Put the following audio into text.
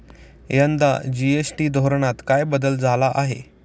यंदा जी.एस.टी धोरणात काय बदल झाला आहे?